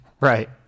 right